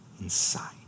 inside